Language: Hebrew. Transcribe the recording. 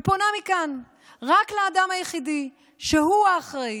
אני פונה מכאן לאדם היחידי שרק הוא האחראי,